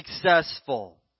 successful